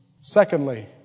Secondly